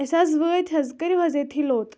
أسۍ حظ وٲتۍ حظ کٔرِو حظ ییٚتھٕے لوٚت